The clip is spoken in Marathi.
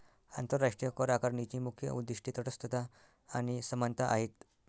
आंतरराष्ट्रीय करआकारणीची मुख्य उद्दीष्टे तटस्थता आणि समानता आहेत